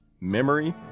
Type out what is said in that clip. Memory